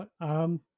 right